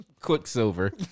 Quicksilver